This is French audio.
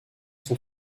son